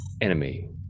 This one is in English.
enemy